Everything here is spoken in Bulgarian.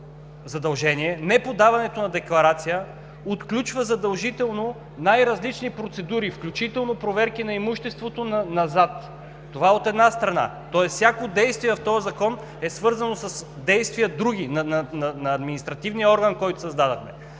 задължение, неподаването на декларация, отключва задължително най-различни процедури, включително проверки на имуществото назад, тоест всяко действие в този закон е свързано с други действия – на административния орган, който създадохме